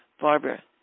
Barbara